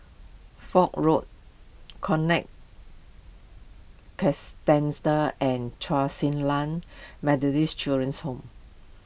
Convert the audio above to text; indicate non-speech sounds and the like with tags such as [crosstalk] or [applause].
Foch Road Conrad [unintelligible] and Chen Su Lan Methodist Children's Home